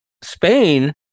Spain